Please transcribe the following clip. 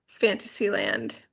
Fantasyland